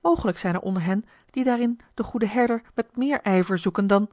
mogelijk zijn er onder hen die daarin den goeden herder met meer ijver zoeken dan